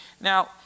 Now